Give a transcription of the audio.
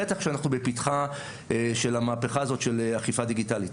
בטח שאנחנו בפתחה של המהפכה הזאת של אכיפה דיגיטלית.